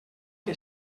que